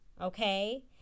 okay